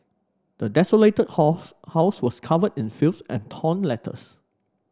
the desolated house house was covered in filth and torn letters